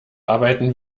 arbeiten